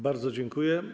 Bardzo dziękuję.